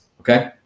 Okay